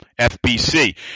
FBC